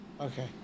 Okay